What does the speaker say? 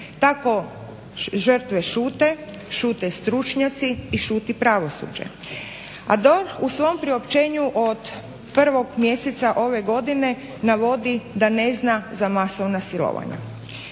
Tako žrtve šute, šute stručnjaci i šuti pravosuđe. A DORH u svom priopćenju od prvog mjeseca ove godine navodi da ne zna za masovna silovanja.